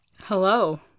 Hello